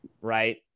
Right